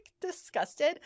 disgusted